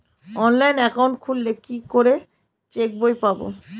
Online account খুললে কি করে চেক বই পাব?